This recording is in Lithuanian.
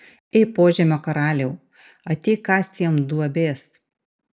ei požemio karaliau ateik kasti jam duobės